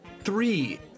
three